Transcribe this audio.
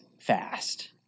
fast